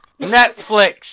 Netflix